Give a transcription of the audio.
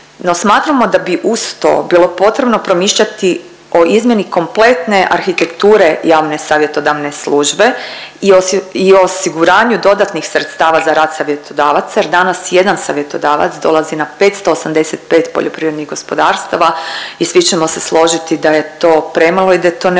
smatramo da bi uz to bilo potrebno promišljati o izmjeni kompletne arhitekture javne savjetodavne službe i osiguranju dodatnih sredstava za rad savjetodavaca jer danas jedan savjetodavac dolazi na 585 poljoprivrednih gospodarstava i svi ćemo se složiti da je to premalo i da je